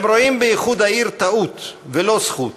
הם רואים באיחוד העיר טעות, ולא זכות